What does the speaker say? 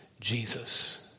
Jesus